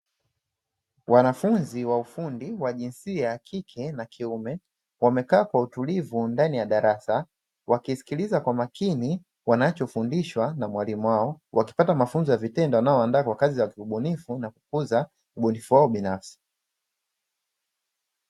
Wanafunzi wa ufundi wa jinsia ya kike na kiume wamekaa kwa utulivu ndani ya darasa, wakisikiliza kwa makini wanachofundishwa na mwalimu wao, wakipata mafunzo ya vitendo yanayowaandaa kikamilifu na kukuza uzoefu wao binafsi.